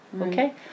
Okay